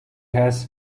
has